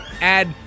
add